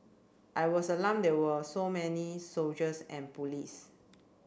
I was alarmed there were so many soldiers and police